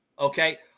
okay